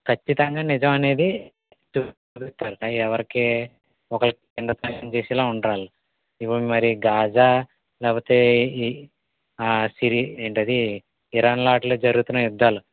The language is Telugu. ఖచ్చితంగా నిజం అనేది చూపించాలి ఎవ్వరికి ఒకళ్ళ కింద పనిచేసెలా ఉండాలి ఇప్పుడు మరి గాజా లేకపోతే ఇది ఈ సిరి ఏంటది ఇరాన్ లాంటిలో జరుగుతున్నాయి యుద్ధాలు